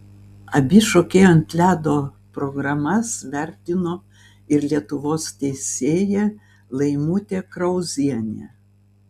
abi šokėjų ant ledo programas vertino ir lietuvos teisėja laimutė krauzienė